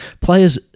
Players